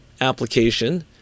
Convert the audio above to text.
application